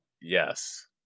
yes